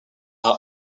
had